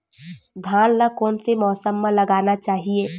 धान ल कोन से मौसम म लगाना चहिए?